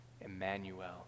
Emmanuel